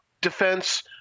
defense